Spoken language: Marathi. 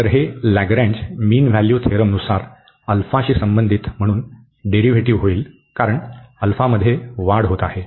तर हे लॅगरेंज मीन व्हॅल्यू थेरमनुसार शी संबंधित म्हणून डेरीव्हेटिव होईल कारण मध्ये वाढ होत आहे